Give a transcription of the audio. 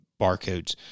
barcodes